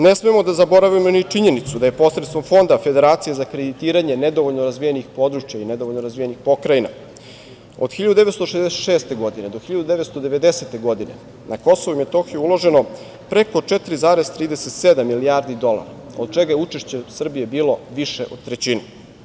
Ne smemo da zaboravimo ni činjenicu da je posredstvom Fonda federacije za kreditiranje nedovoljno razvijenih područja i nedovoljno razvijenih pokrajina od 1966. do 1990. godine na Kosovo i Metohiju uloženo preko 4,37 milijardi dolara, od čega je učešće Srbije bilo više od trećine.